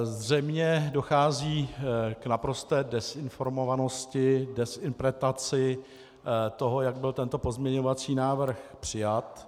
Zřejmě dochází k naprosté dezinformovanosti, dezinterpretaci toho, jak byl tento pozměňovací návrh přijat.